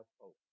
hope